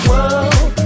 World